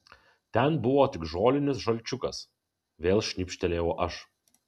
ten buvo tik žolinis žalčiukas vėl šnibžtelėjau aš